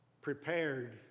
prepared